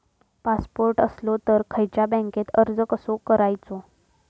Passport असलो तर खयच्या बँकेत अर्ज कसो करायचो?